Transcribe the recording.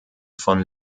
von